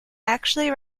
actually